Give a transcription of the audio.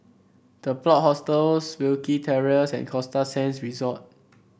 The Plot Hostels Wilkie Terrace and Costa Sands Resort